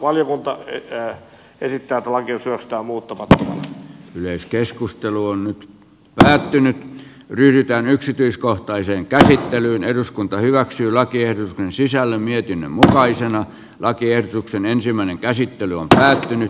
valiokunta esittää kahden sijasta muuttuvat yleiskeskustelu on nyt päättynyt ryhdytään yksityiskohtaiseen käsittelyyn eduskunta hyväksyy lakien sisällön ja mutkaisen lakiehdotuksen että lakiehdotus hyväksytään muuttamattomana